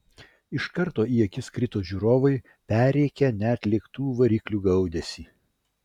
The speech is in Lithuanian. iš karto į akis krito žiūrovai perrėkę net lėktuvų variklių gaudesį